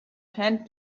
chance